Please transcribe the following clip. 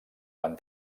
van